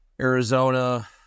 arizona